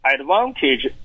advantage